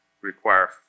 require